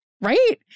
right